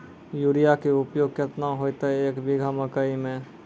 Urea के उपयोग केतना होइतै, एक बीघा मकई मे?